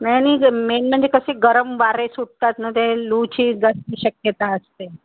main म्हणजे कसे गरम वारे सुटतात ना ते लूची शक्यता असते